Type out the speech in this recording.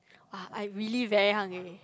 !wah! I really very hungry already